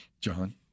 John